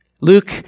Luke